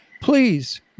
Please